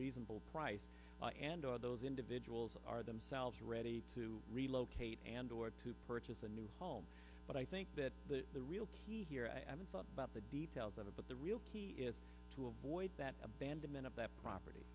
reasonable price and or those individuals are themselves ready to relocate and or to purchase a new home but i think the real key here i haven't thought about the details of it but the real key is to avoid that abandonment of that property